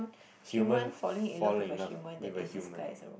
human falling in love with a human